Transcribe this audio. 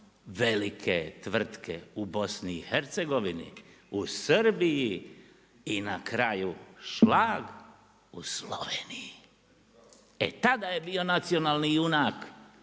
velike tvrtke u BiH u Srbiji i na kraju šlag u Sloveniji, e tada je bio nacionalni junak.